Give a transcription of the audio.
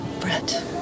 Brett